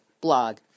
blog